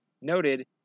noted